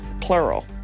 plural